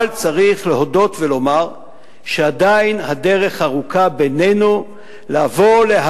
אבל צריך להודות ולומר שעדיין הדרך ארוכה לבוא בינינו להסכמה,